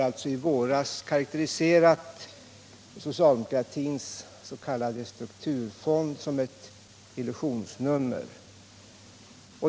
I våras karakteriserade jag socialdemokratins s.k. strukturfond som ett illusionsnummer.